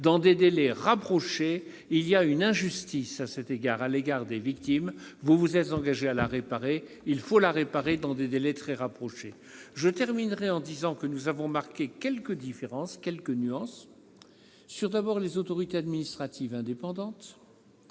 dans des délais rapprochés. Il y a une injustice à l'égard des victimes : vous vous êtes engagée à la réparer ; il faut le faire dans des délais très rapprochés. Je terminerai en rappelant que nous avons marqué quelques différences, quelques nuances, s'agissant, tout d'abord, des autorités administratives indépendantes.